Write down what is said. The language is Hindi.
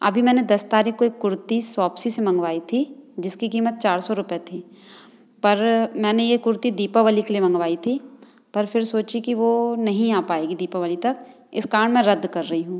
अभी मैंने दस तारीख को एक कुर्ती शॉप्सी से मंगवाई थी जिसकी कीमत चार सौ रुपए थी पर मैंने ये कुर्ती दीपावली के लिए मंगवाई थी पर फिर सोची कि वो नहीं आ पाएगी दीपावली तक इस कारण मैं रद्द कर रही हूँ